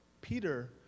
Peter